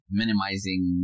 minimizing